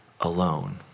alone